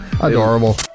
adorable